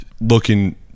looking